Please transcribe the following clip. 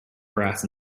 grass